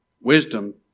Wisdom